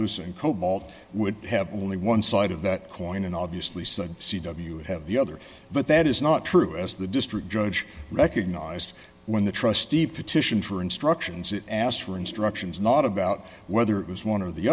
and cobalt would have only one side of that coin and obviously said c w would have the other but that is not true as the district judge recognized when the trustee petition for instructions it asked for instructions not about whether it was one or the